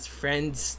friends